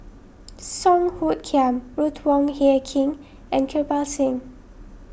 Song Hoot Kiam Ruth Wong Hie King and Kirpal Singh